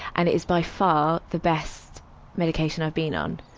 and it's by far the best medication i've been on.